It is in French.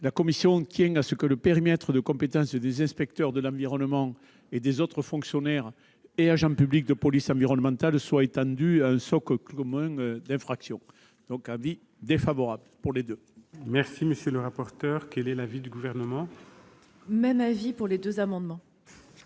La commission entend que le périmètre de compétence des inspecteurs de l'environnement et des autres fonctionnaires et agents publics de police environnementale soit étendu à un socle commun d'infractions. Elle est donc défavorable à ces deux amendements. Quel est l'avis du Gouvernement ? Même avis pour les deux amendements.